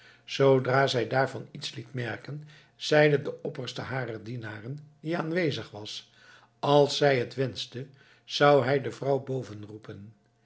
zoodra zij daarvan iets liet merken zeide de opperste harer dienaren die aanwezig was als zij het wenschte zou hij de vrouw boven roepen